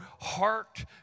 heart